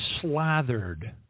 slathered